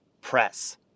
Press